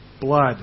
blood